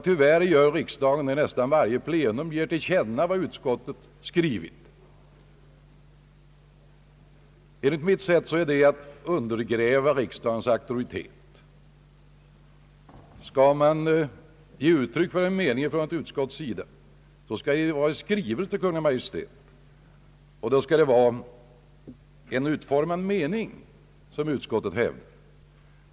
Tyvärr ger riksdagen nästan vid varje plenum till känna vad utskotten har skrivit. Enligt mitt sätt att se är det att undergräva riksdagens auktoritet. Skall ett utskott ge uttryck för sin mening, bör det ske i en skrivelse till Kungl. Maj:t, och då bör det vara en utformad mening som utskottet hävdar.